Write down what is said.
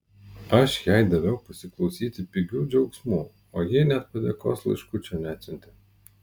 aš jai daviau pasiklausyti pigių džiaugsmų o ji net padėkos laiškučio neatsiuntė